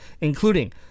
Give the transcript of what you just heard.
including